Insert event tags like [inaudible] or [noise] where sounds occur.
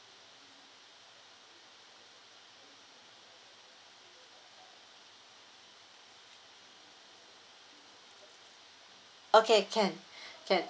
okay can [breath] can